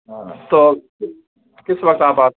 ہاں تو کس وقت آپ آ